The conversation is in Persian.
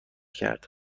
کرده